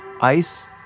Ice